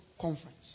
conference